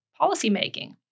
policymaking